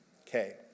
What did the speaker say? Okay